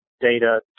data